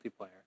multiplayer